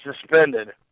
suspended